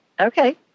Okay